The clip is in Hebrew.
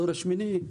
הדור השמיני.